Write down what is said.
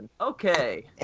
Okay